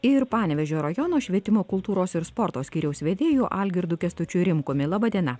ir panevėžio rajono švietimo kultūros ir sporto skyriaus vedėju algirdu kęstučiu rimkumi laba diena